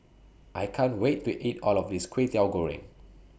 I can't Wait to eat All of This Kwetiau Goreng